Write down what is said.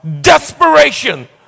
desperation